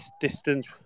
distance